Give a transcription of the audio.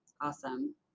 Awesome